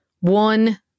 One